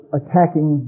attacking